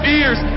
ears